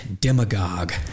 Demagogue